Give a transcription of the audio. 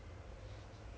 see how it goes lor